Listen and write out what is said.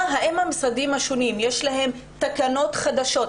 האם למשרדים השונים יש תקנות חדשות,